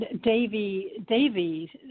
Davy